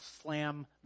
slam